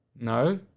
No